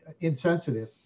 insensitive